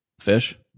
Fish